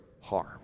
harm